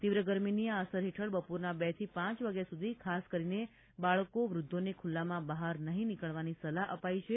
તીવ્ર ગરમીની આ અસર હેઠળ બપોરના બેથી પાંચ વાગ્યા સુધી ખાસ કરીને બાળકો અને વૃદ્વોને ખુલ્લામાં બહાર નહીં નીકળવાની સલાહ અપાઇ છે